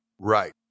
Right